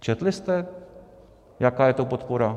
Četli jste, jaká je to podpora?